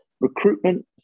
recruitment